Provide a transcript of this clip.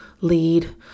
lead